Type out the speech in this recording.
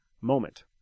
moment